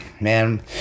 man